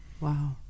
Wow